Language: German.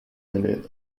eine